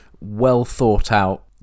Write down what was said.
well-thought-out